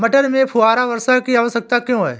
मटर में फुहारा वर्षा की आवश्यकता क्यो है?